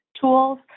tools